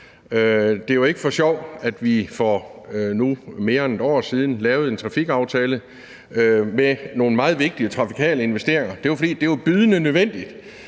Det er jo ikke for sjov, at vi for nu mere end et år siden lavede en trafikaftale med nogle meget vigtige trafikale investeringer, for det var,